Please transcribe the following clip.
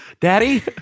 Daddy